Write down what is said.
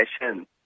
session